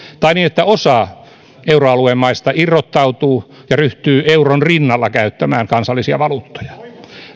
tai niin että osa euroalueen maista irrottautuu ja ryhtyy euron rinnalla käyttämään kansallisia valuuttojaan